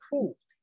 approved